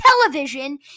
television